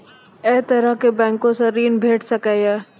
ऐ तरहक बैंकोसऽ ॠण भेट सकै ये?